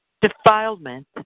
defilement